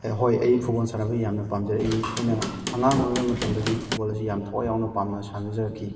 ꯑꯩ ꯍꯣꯏ ꯑꯩ ꯐꯨꯠꯕꯣꯜ ꯁꯥꯟꯅꯕ ꯌꯥꯝꯅ ꯄꯥꯝꯖꯔꯛꯏ ꯑꯩꯅ ꯑꯉꯥꯡ ꯑꯣꯏꯔꯤꯉꯩ ꯃꯇꯝꯗꯒꯤ ꯐꯨꯠꯕꯣꯜ ꯑꯁꯤ ꯌꯥꯝꯅ ꯊꯋꯥꯏ ꯌꯥꯎꯅ ꯄꯥꯝꯅ ꯁꯥꯟꯅꯖꯔꯛꯈꯤ